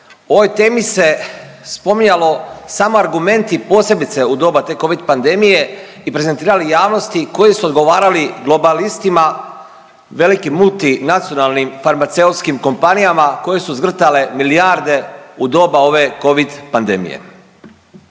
o ovoj temi se spominjalo samo argumenti posebice u doba te covid pandemije i prezentirali javnosti koji su odgovarali globalistima velikim multinacionalnim farmaceutskim kompanijama koje su zgrtale milijarde u doba ove covid pandemije.